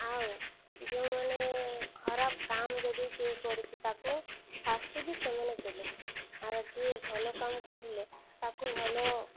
ଆଉ ଯେଉଁମାନେ ଖରାପ କାମ ଯଦି କିଏ କରିଛି ତାକୁ ଶାସ୍ତି ବି ସେମାନେ ଦେଲେ ଆର ଯିଏ ଭଲ କାମ କରିଲେ ତାକୁ ଭଲ